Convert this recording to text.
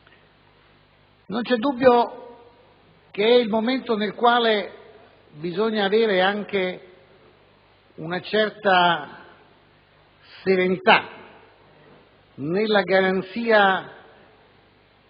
Non c'è dubbio che è il momento nel quale bisogna avere anche una certa serenità nella garanzia di